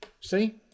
See